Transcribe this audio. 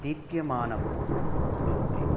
दीप्यमानं भवति